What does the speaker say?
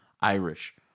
Irish